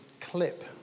clip